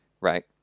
right